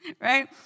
right